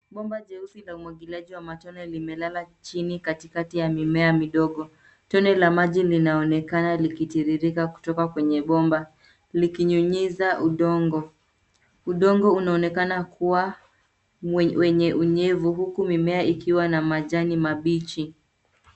Bomba jeusi la umwagiliaji wa matone limelala chini katikati ya mimea midogo. Tone la maji linaonekana likitiririka kutoka kwenye bomba likinyunyiza udongo. Udongo unaonekana kuwa wenye unyevu huku mimea ikiwa na majani mabichi.